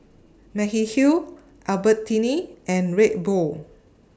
Mediheal Albertini and Red Bull